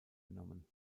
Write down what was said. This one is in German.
genommen